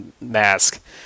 mask